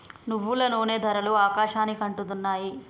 నువ్వుల నూనె ధరలు ఆకాశానికి అంటుతున్నాయి